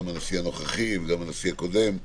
גם הנשיא הנוכחי וגם הנשיא הקודם,